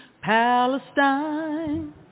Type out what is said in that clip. Palestine